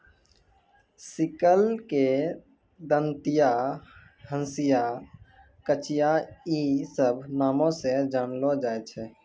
sickle के दंतिया, हंसिया, कचिया इ सभ नामो से जानलो जाय छै